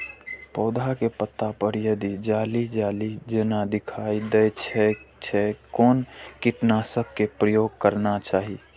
पोधा के पत्ता पर यदि जाली जाली जेना दिखाई दै छै छै कोन कीटनाशक के प्रयोग करना चाही?